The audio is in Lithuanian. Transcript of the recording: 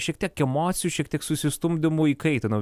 šiek tiek emocijų šiek tiek susistumdymų įkaitino